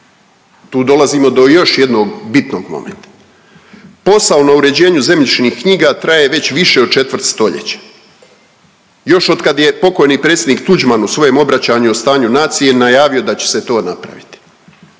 tu dolazimo do još jednog bitnog momenta. Posao na uređenju zemljišnih knjiga traje već više od četvrt stoljeća, još otkad je pokojni predsjednik Tuđman u svojem obraćanju o stanju nacije najavio da će se to napraviti,